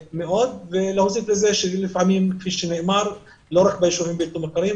אפשר להוסיף לזה שלפעמים לא רק ביישובים בלתי מוכרים,